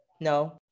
no